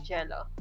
Jello